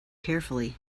carefully